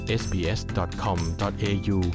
sbs.com.au